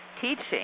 teaching